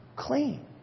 Clean